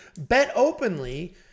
BetOpenly